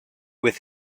with